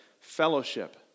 fellowship